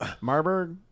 Marburg